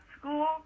School